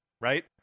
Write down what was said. right